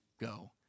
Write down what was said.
go